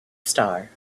star